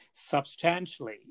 Substantially